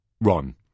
Ron